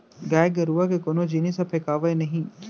गाय गरूवा के कोनो जिनिस ह फेकावय नही